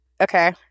okay